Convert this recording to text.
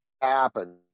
happen